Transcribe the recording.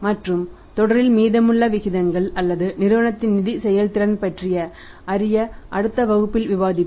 மற்றும் தொடரில் மீதமுள்ள விகிதங்கள் அல்லது நிறுவனத்தின் நிதி செயல்திறன் பற்றி அறிய அடுத்த வகுப்பில் விவாதித்தோம்